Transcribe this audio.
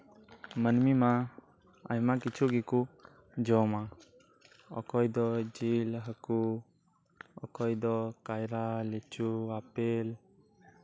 ᱢᱟᱹᱱᱢᱤ ᱢᱟ ᱟᱭᱢᱟ ᱠᱤᱪᱷᱩ ᱜᱮᱠᱚ ᱡᱚᱢᱟ ᱚᱠᱚᱭ ᱫᱚ ᱡᱤᱞ ᱦᱟᱹᱠᱩ ᱚᱠᱚᱭ ᱫᱚ ᱠᱟᱭᱨᱟ ᱞᱤᱪᱩ ᱟᱯᱮᱞ